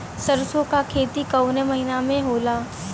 सरसों का खेती कवने महीना में होला?